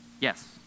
yes